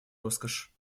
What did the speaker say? роскошь